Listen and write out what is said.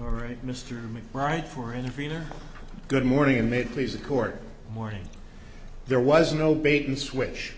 all right mr wright for intervening good morning made please the court morning there was no bait and switch